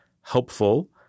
helpful